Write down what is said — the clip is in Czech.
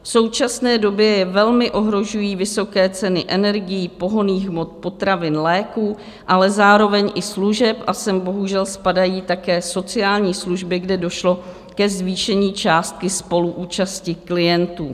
V současné době je velmi ohrožují vysoké ceny energií, pohonných hmot, potravin, léků, ale zároveň i služeb, a sem bohužel také spadají také sociální služby, kde došlo ke zvýšení částky spoluúčasti klientů.